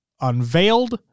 unveiled